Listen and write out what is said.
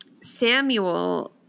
Samuel